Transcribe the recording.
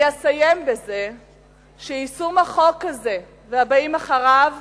אני אסיים בזה שיישום החוק הזה והבאים אחריו